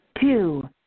two